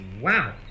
wow